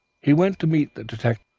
he went to meet the detective,